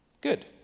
Good